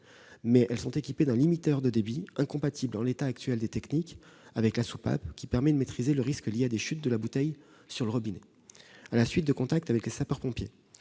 bouteilles sont équipées d'un limiteur de débit incompatible, dans l'état actuel des techniques, avec la soupape, qui permet de maîtriser le risque lié à des chutes de la bouteille sur le robinet. À la suite de contacts avec les sapeurs-pompiers,